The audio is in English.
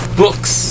books